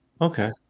okay